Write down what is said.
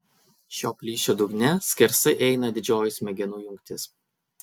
šio plyšio dugne skersai eina didžioji smegenų jungtis